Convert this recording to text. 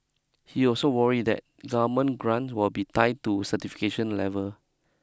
he also worried that government grants will be tied to certification level